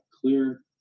clear